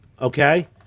okay